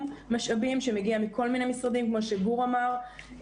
משאבים שמגיע מכל מיני משרדים כמו שגור אמר,